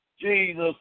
Jesus